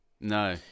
no